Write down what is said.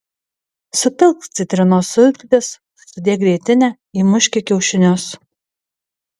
supilk citrinos sultis sudėk grietinę įmuški kiaušinius